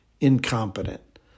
incompetent